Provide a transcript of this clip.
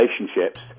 relationships